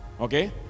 Okay